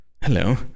hello